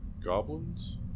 goblins